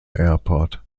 airport